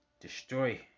Destroy